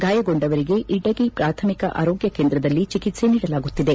ಗಾಯಗೊಂಡವರಿಗೆ ಇಟಗಿ ಪ್ರಾಥಮಿಕ ಆರೋಗ್ಯ ಕೇಂದ್ರದಲ್ಲಿ ಚಿಕಿತ್ಸೆ ನೀಡಲಾಗುತ್ತಿದೆ